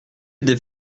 des